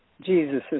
Jesus